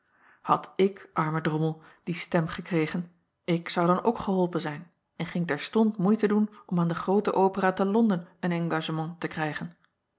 ad ik arme drommel die stem gekregen ik zou dan ook geholpen zijn en ging terstond moeite doen om aan den grooten opera te onden een engagement te krijgen